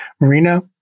Marina